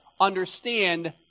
understand